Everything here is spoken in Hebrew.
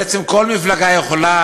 בעצם, כל מפלגה יכולה